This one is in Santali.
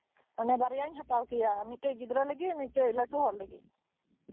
ᱚᱱᱟ ᱵᱟᱨᱭᱟᱧ ᱦᱟᱛᱟᱣ ᱠᱮᱭᱟ ᱢᱤᱫᱴᱮᱱ ᱜᱤᱫᱽᱨᱟᱹ ᱞᱟᱹᱜᱤᱫ ᱢᱤᱫᱴᱮᱱ ᱞᱟᱹᱴᱩ ᱦᱚᱲ ᱞᱟᱹᱜᱤᱫ